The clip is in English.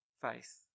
faith